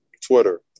Twitter